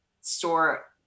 store